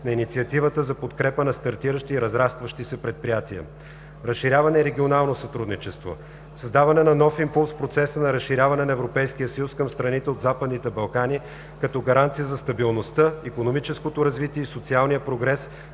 на Инициативата за подкрепа на стартиращи и разрастващи се предприятия. 2.5. Разширяване и регионално сътрудничество - създаване на нов импулс в процеса на разширяване на Европейския съюз към страните от Западните Балкани като гаранция за стабилността, икономическото развитие и социалния прогрес